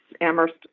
Amherst